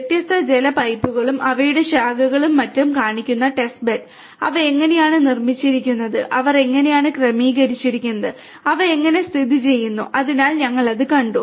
വ്യത്യസ്ത ജല പൈപ്പുകളും അവയുടെ ശാഖകളും മറ്റും കാണിക്കുന്ന ടെസ്റ്റ് ബെഡ് അവ എങ്ങനെയാണ് നിർമ്മിച്ചിരിക്കുന്നത് അവർ എങ്ങനെയാണ് ക്രമീകരിച്ചിരിക്കുന്നത് അവ എങ്ങനെ സ്ഥിതിചെയ്യുന്നു അതിനാൽ ഞങ്ങൾ അത് കണ്ടു